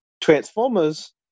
Transformers